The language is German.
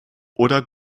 oder